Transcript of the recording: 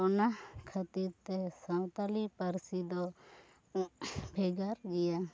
ᱚᱱᱟᱦ ᱠᱷᱟᱹᱛᱤᱨ ᱛᱮ ᱥᱟᱱᱛᱟᱲᱤ ᱯᱟᱹᱨᱥᱤ ᱫᱚ ᱵᱷᱮᱜᱟᱨ ᱜᱮᱭᱟ